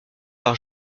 par